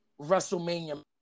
Wrestlemania